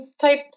type